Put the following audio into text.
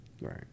right